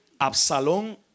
Absalom